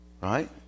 right